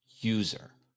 user